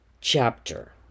chapter